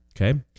Okay